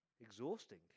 exhausting